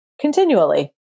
continually